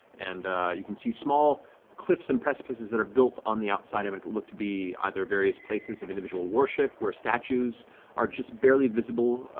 and you can see small cliffs and precipices that are built on the outside and but look to be either various places of individual worship where statues are just barely visible,